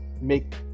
make